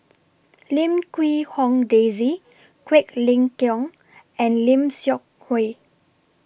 Lim Quee Hong Daisy Quek Ling Kiong and Lim Seok Hui